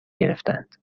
گرفتند